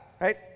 right